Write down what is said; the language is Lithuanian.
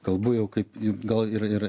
kalbu jau kaip gal ir ir